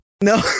No